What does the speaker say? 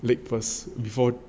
late first before